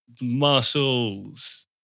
Muscles